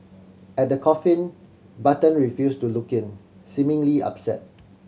at the coffin Button refused to look in seemingly upset